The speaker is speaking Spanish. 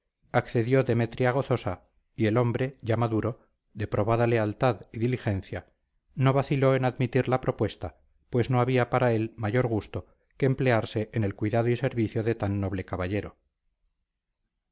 accedió demetria gozosa y el hombre ya maduro de probada lealtad y diligencia no vaciló en admitir la propuesta pues no había para él mayor gusto que emplearse en el cuidado y servicio de tan noble caballero